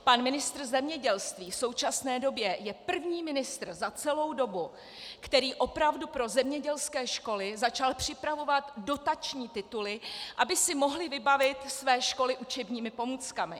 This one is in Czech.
Pan ministr v zemědělství v současné době je první ministr za celou dobu, který opravdu pro zemědělské školy začal připravovat dotační tituly, aby si mohly vybavit své školy učebními pomůckami!